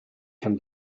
can